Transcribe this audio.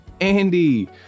Andy